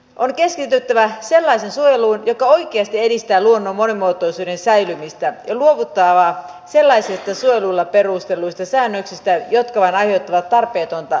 on keskityttävä sellaiseen suojeluun joka oikeasti edistää luonnon monimuotoisuuden säilymistä ja luovuttava sellaisista suojelulla perustelluista säännöksistä jotka vain aiheuttavat tarpeetonta lisätyötä